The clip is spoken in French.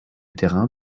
terrain